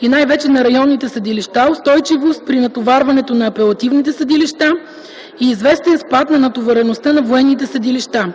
и най-вече на районните съдилища, устойчивост при натоварването на апелативните съдилища и известен спад на натовареността на военните съдилища,